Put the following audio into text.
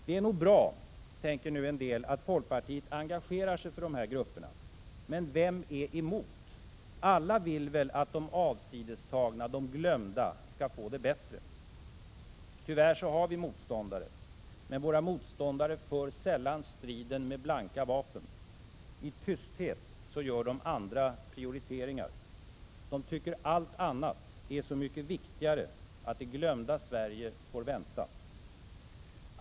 Det är nog bra, tänker nu en del, att folkpartiet engagerar sig för dessa grupper, men vem är emot? Alla vill väl att de avsidestagna, de glömda, skall få det bättre. Tyvärr har vi motståndare, men våra motståndare för sällan striden med blanka vapen. I tysthet gör de andra prioriteringar. De tycker att allt annat är så mycket viktigare att det glömda Sverige får vänta.